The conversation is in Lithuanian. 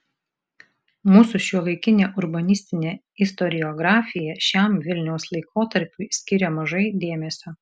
mūsų šiuolaikinė urbanistinė istoriografija šiam vilniaus laikotarpiui skiria mažai dėmesio